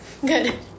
good